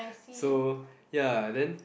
so ya then